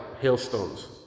hailstones